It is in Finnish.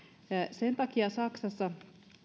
sen takia saksassa